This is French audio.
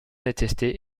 attestés